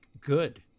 good